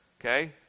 Okay